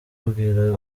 abwira